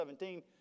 17